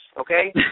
okay